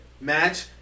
Match